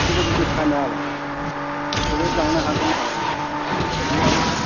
बेबायदिनो फानो आरो बेखौबो लांनो हागोन आरो नांगौब्ला